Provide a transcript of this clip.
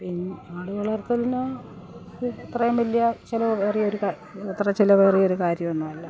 പിന്നെ ആടുവളര്ത്തലിന് ഇത്രയും വലിയാ ചെലവ് വേറിയൊരു അത്ര ചിലവേറിയ ഒരു കാര്യമൊന്നുമല്ല